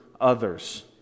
others